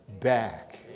back